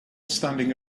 standing